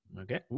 Okay